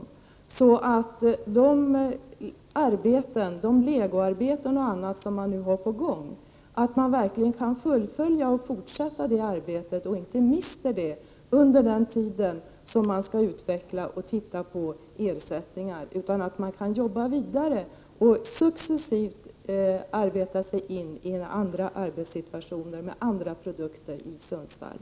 De måste veta att de verkligen kan fortsätta med och fullfölja de legoarbeten och annat som de nu har på gång, att de inte riskerar att mista dem under den tid då man skall utveckla ersättningssysselsättning. I så fall kan man jobba vidare och successivt komma fram till tillverkningar av andra produkter i Sundsvall.